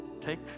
take